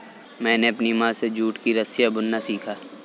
मैंने अपनी माँ से जूट की रस्सियाँ बुनना सीखा